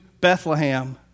Bethlehem